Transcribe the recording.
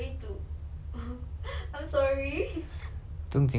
不用紧 lah like I think 讲就讲 lor 反正都这样久 liao